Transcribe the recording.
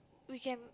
we can